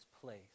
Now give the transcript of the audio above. place